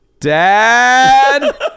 Dad